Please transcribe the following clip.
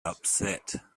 upset